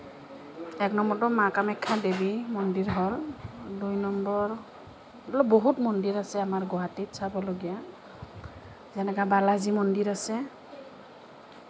এক নম্বৰটো মা কামাখ্যা দেৱীৰ মন্দিৰ হয় দুই নম্বৰ বহুত মন্দিৰ আছে আমাৰ গুৱাহাটীত চাবলগীয়া হেনেকা বালাজী মন্দিৰ আছে